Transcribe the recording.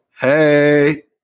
hey